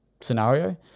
scenario